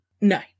No